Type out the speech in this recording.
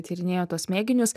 tyrinėjo tuos mėginius